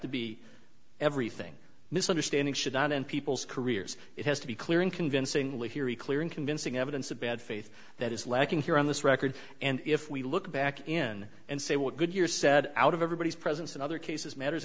to be everything misunderstanding should not end people's careers it has to be clear and convincingly theory clear and convincing evidence of bad faith that is lacking here on this record and if we look back in and say what good years said out of everybody's presence in other cases matters